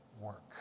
work